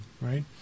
right